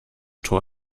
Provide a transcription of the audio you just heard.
tor